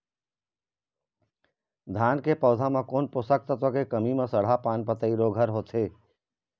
धान के पौधा मे कोन पोषक तत्व के कमी म सड़हा पान पतई रोग हर होथे?